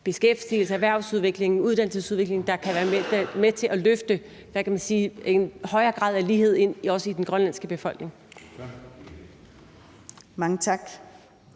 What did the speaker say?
beskæftigelse, erhvervsudvikling og uddannelsesudvikling, der kan være med til at løfte en højere grad af lighed ind i også den grønlandske befolkning?